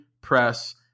Press